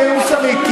היא כן מוסרית,